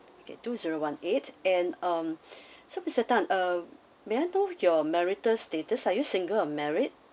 okay two zero one eight and um so mister tan um may I know your marital status are you single or married